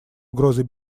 угрозой